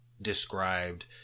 Described